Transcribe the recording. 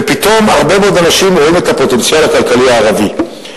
ופתאום הרבה מאוד אנשים רואים את הפוטנציאל הכלכלי הערבי.